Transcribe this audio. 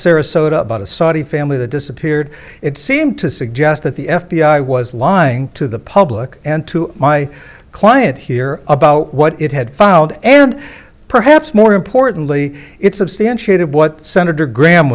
sarasota about a saudi family that disappeared it seemed to suggest that the f b i was lying to the public and to my client here about what it had found and perhaps more importantly it substantiated what senator gra